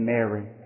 Mary